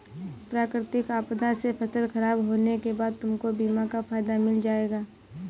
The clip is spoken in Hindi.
प्राकृतिक आपदा से फसल खराब होने के बाद तुमको बीमा का फायदा मिल जाएगा